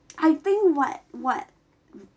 I think what what